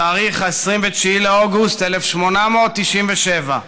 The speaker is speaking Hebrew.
בתאריך 29 באוגוסט 1897,